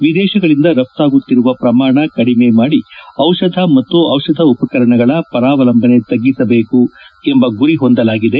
ವಿದೇಶಗಳಿಂದ ರಘಾಗುತ್ತಿರುವ ಪ್ರಮಾಣ ಕಡಿಮೆ ಮಾಡಿ ಡಿಷಧ ಮತ್ತು ದಿಷಧ ಉಪಕರಣಗಳ ಪರಾವಲಂಬನೆ ತಗ್ಗಿಸಬೇಕು ಎಂಬ ಗುರಿ ಹೊಂದಲಾಗಿದೆ